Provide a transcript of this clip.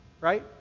right